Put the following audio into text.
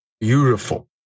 beautiful